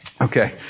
Okay